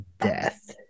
death